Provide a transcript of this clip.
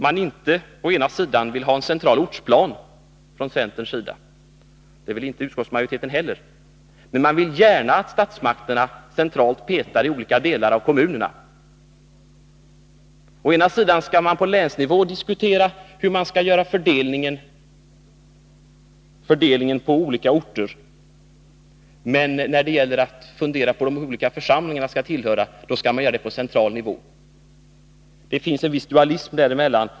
Man vill inte ha en central ortsplan från centerns sida — det vill inte utskottsmajoriteten heller — men man vill gärna att statsmakterna centralt petar i planeringen i olika delar av kommunerna. Man skall på länsnivå diskutera fördelningen på olika orter, men när det gäller vart de olika församlingarna skall höra, då skall det avgöras på central nivå. Det finns en viss dualism i detta.